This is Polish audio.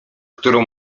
którą